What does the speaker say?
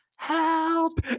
Help